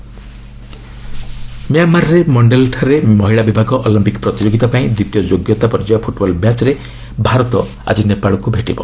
football ମିଆଁମାରର ମାଣ୍ଡେଲଠାରେ ମହିଳା ବିଭାଗ ଅଲମ୍ପିକ୍ ପ୍ରତିଯୋଗିତା ପାଇଁ ଦ୍ୱିତୀୟ ଯୋଗ୍ୟତା ପର୍ଯ୍ୟାୟ ଫୁଟ୍ବଲ୍ ମ୍ୟାଚ୍ରେ ଭାରତ ଆଜି ନେପାଳକୁ ଭେଟିବ